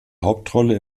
hauptrolle